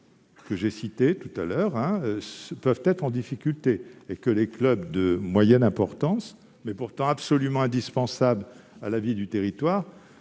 que j'ai cités peuvent être en difficulté et que les clubs de moyenne importance, qui sont absolument indispensables à la vie des territoires,